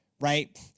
right